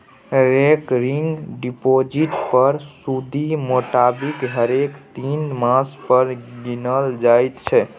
recurring deposit पर सुदि मोटामोटी हरेक तीन मास पर गिनल जाइ छै